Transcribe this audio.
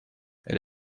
elle